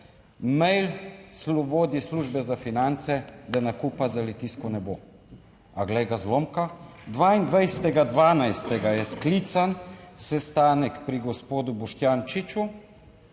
mail vodji službe za finance, da nakupa za Litijsko ne bo. A glej ga zlomka, 22. 12. je sklican sestanek pri gospodu Boštjančič,